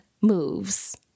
moves